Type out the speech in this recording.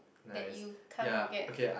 that you can't forget